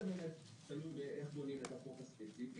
זה תלוי איך בונים את החוק הספציפי.